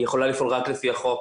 היא יכולה לפעול רק לפי החוק.